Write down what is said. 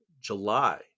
July